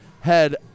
head